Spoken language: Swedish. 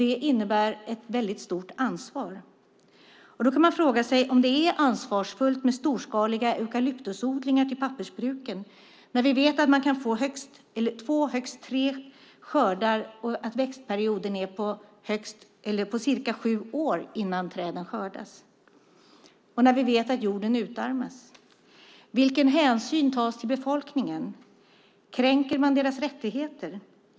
Det innebär ett väldigt stort ansvar. Man kan fråga sig om det är ansvarsfullt med storskaliga eukalyptusodlingar till pappersbruken när vi vet att man får två, högst tre, skördar och att växtperioden är på cirka sju år innan träden skördas, och vi vet att jorden utarmas. Vilken hänsyn tas till befolkningen? Kränker man deras rättigheter?